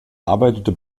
arbeitete